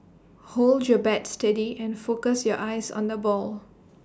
hold your bat steady and focus your eyes on the ball